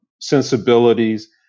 Sensibilities